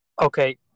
Okay